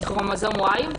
את כרומוזום Y?